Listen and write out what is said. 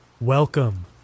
Welcome